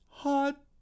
Hot